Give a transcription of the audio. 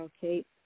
Kate